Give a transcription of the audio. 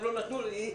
הם לא נתנו לי,